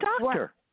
doctor